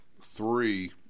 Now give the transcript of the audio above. three